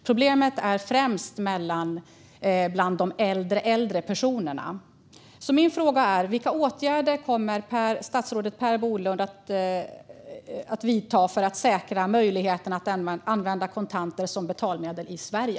Problemet finns främst bland de äldre äldre personerna. Min fråga är: Vilka åtgärder kommer statsrådet Per Bolund att vidta för att säkra möjligheten att använda kontanter som betalmedel i Sverige?